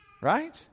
right